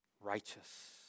Righteous